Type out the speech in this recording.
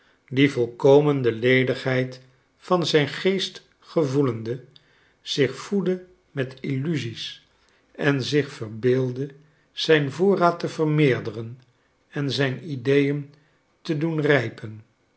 die volkomen de ledigheid van zijn geest gevoelende zich voedde met illusies en zich verbeeldde zijn voorraad te vermeerderen en zijn ideeën te doen rijpen